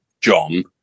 John